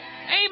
Amen